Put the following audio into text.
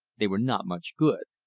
they were not much good.